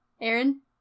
aaron